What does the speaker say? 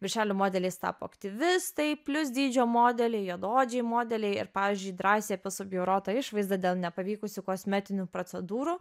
viršelių modeliais tapo aktyvistai plius dydžio modeliai juodaodžiai modeliai ir pavyzdžiui drąsiai apie subjaurotą išvaizdą dėl nepavykusių kosmetinių procedūrų